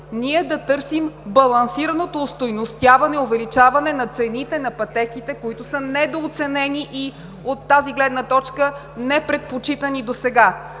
да търсим балансираното остойностяване и увеличаване на цените на пътеките, които са недооценени и от тази гледна точка непредпочитани досега.